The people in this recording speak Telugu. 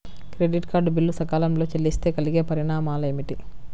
క్రెడిట్ కార్డ్ బిల్లు సకాలంలో చెల్లిస్తే కలిగే పరిణామాలేమిటి?